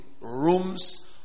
Rooms